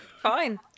fine